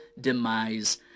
demise